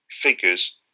figures